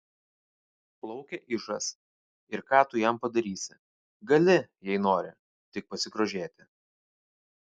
plaukia ižas ir ką tu jam padarysi gali jei nori tik pasigrožėti